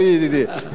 טוב, ידידי.